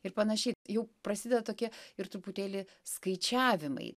ir panašiai jau prasideda tokie ir truputėlį skaičiavimai